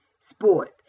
sport